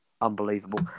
unbelievable